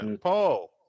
Paul